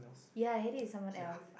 ya I had it with someone else